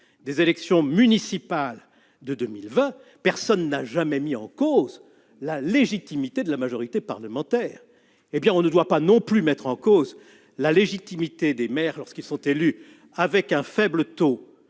des élections municipales de 2020, personne n'a jamais mis en cause la légitimité de la majorité parlementaire. Eh bien, on ne doit pas non plus mettre en cause la légitimité des maires lorsqu'ils sont élus avec un faible taux